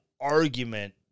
argument